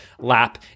lap